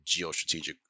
geostrategic